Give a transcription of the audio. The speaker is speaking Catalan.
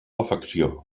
afecció